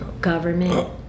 government